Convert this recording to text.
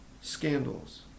scandals